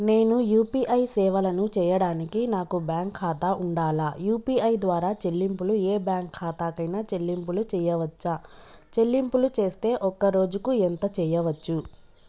నేను యూ.పీ.ఐ సేవలను చేయడానికి నాకు బ్యాంక్ ఖాతా ఉండాలా? యూ.పీ.ఐ ద్వారా చెల్లింపులు ఏ బ్యాంక్ ఖాతా కైనా చెల్లింపులు చేయవచ్చా? చెల్లింపులు చేస్తే ఒక్క రోజుకు ఎంత చేయవచ్చు?